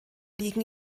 liegen